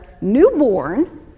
newborn